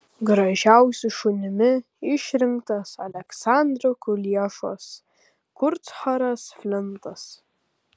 gražiausiu šunimi išrinktas aleksandro kuliešos kurtsharas flintas